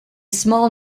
small